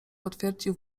potwierdził